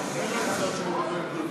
הצעת חוק שירותי